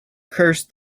curse